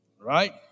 Right